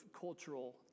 cultural